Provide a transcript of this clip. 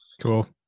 cool